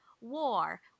war